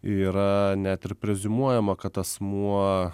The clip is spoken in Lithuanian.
yra net ir preziumuojama kad asmuo